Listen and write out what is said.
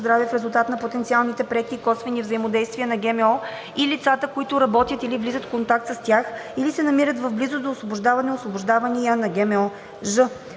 в резултат на потенциалните преки и косвени взаимодействия на ГМО и лицата, които работят или влизат в контакт с тях, или се намират в близост до освобождаване/освобождавания